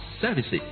services